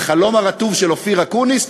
החלום הרטוב של אופיר אקוניס?